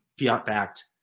fiat-backed